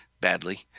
badly